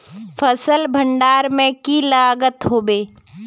फसल भण्डारण में की लगत होबे?